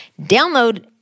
download